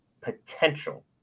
potential